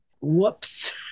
Whoops